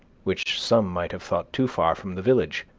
which some might have thought too far from the village,